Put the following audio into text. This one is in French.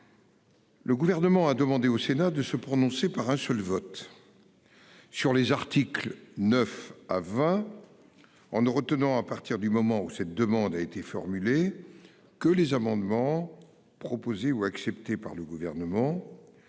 Le gouvernement a demandé au Sénat de se prononcer par un seul vote. Sur les articles 9 à 20. En ne retenant à partir du moment où cette demande a été formulée. Que les amendements proposés ou acceptés par le gouvernement. Sans remise